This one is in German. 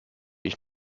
ich